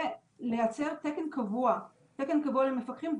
ולייצר תקן קבוע למפקחים,